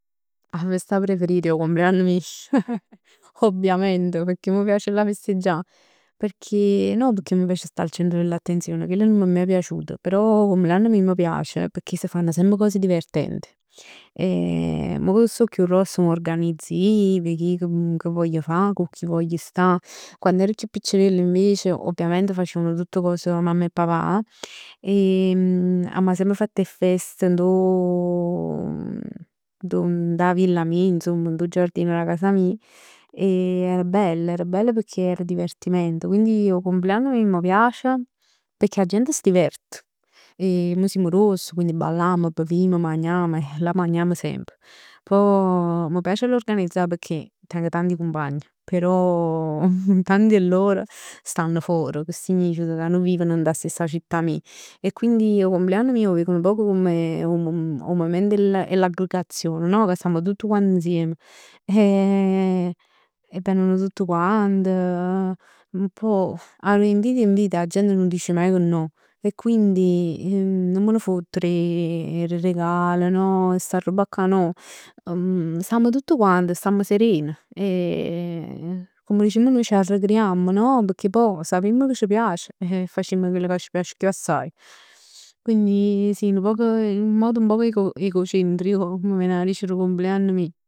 'A festa preferita è 'o compleann mio, ovviament, pecchè m'piace 'a dà festeggià. Perchè, no perchè mi piace a stà al centro dell'attenzione, chell nun m'è maje piaciuto, però 'o compleann mio m' piace. Pecchè s' fanno semp cos divertent. Mo che so chiù gross m'organizz ij che voglio fa, cu chi vogl sta. Quann ero chiù piccirell invece ovviamente facevan tutt cos mamma e papà e amma semp fatt 'e fest dentro 'o, dint 'a villa mia, dint 'o giardino d' 'a casa mia. E era bell, era bell pecchè era divertimento, quindi 'o compleanno mij m'piace pecchè 'a gente s' diverte. Mo simm gruoss quindi ballamm, bevimm, magnamm eh e là magnamm semp. Pò mi piace addò 'o organizzà pecchè teng tanti cumpan. Però tanti 'e loro stann for, che significa ca nun vivn dint 'a stessa città mij. E quindi 'o compleanno mij 'o veg nu poc come 'o m- mument e l- l'aggregazione no? Ca stamm tutt quant insiem. E veneno tutt quant, pò addo 'e inviti inviti 'a gent nun dice maje 'e no. Quindi nun m' n' fott d' 'e regal no, sta robb cà no. Stamm tutt quant, stamm seren. E comm dicimm nuje c'arrecreamm no? Pecchè poj sapimm ca c' piace e facimm chell ca c' piac chiù assaje. Quindi sì nu poc, in un modo nu poc egocentrico m' ven 'a dicere 'o cumpleann mij.